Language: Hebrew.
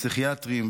פסיכיאטריים,